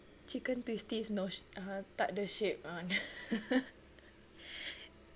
chicken twisties no uh tak ada shape [one]